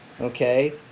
okay